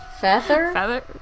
Feather